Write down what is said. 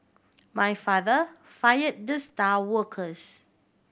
my father fire the star workers